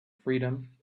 freedom